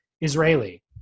Israeli